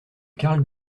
carl